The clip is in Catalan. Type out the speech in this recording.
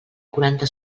quaranta